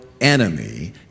enemy